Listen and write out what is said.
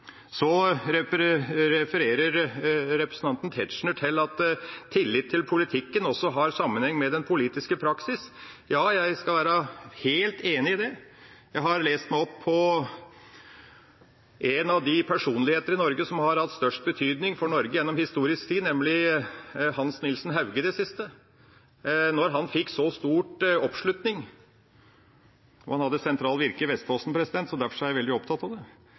Så refererer representanten Tetzschner til at tillit til politikken også har sammenheng med politisk praksis. Ja, jeg skal være helt enig i det. Jeg har lest meg opp på en av de personlighetene som har hatt størst betydning for Norge i historisk tid, nemlig Hans Nielsen Hauge, i det siste. Når han fikk så stor oppslutning – han hadde sentralt virke i Vestfossen, derfor er jeg veldig opptatt av det